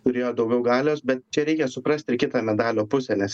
turėjo daugiau galios bet čia reikia suprasti ir kitą medalio pusę nes